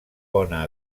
bona